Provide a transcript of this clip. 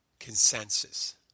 consensus